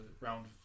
round